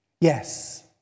Yes